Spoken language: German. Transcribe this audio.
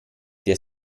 der